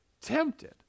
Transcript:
tempted